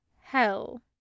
hell